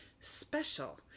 special